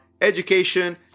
education